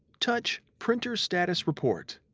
touch printer status report.